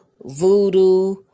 voodoo